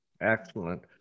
Excellent